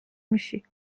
میشی